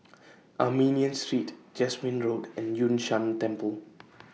Armenian Street Jasmine Road and Yun Shan Temple